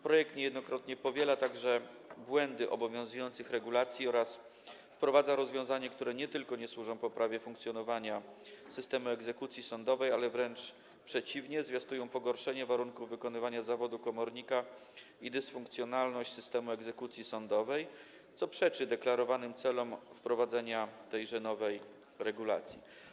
Projekt niejednokrotnie powiela także błędy obowiązujących regulacji oraz wprowadza rozwiązania, które nie tylko nie służą poprawie funkcjonowania systemu egzekucji sądowej, ale wręcz przeciwnie, zwiastują pogorszenie warunków wykonywania zawodu komornika i dysfunkcjonalność systemu egzekucji sądowej, co przeczy deklarowanym celom wprowadzenia tejże nowej regulacji.